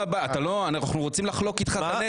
אנחנו רוצים לחלוק איתך את הנטל.